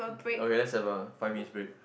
okay let's have a five minutes break